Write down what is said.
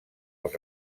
els